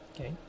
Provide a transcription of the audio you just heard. okay